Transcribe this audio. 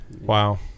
Wow